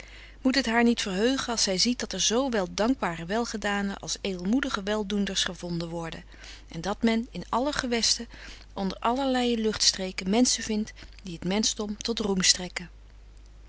moet het haar niet verheugen als zy ziet dat er zo wel dankbare welgedanen als edelmoedige weldoenders gevonden worden en dat men in alle gewesten onder allerleie luchtstreken menschen vindt die het menschdom tot roem